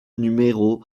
numéro